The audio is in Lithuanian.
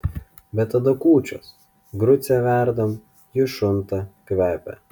bet tada kūčios grucę verdam ji šunta kvepia